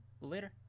later